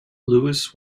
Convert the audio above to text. lewis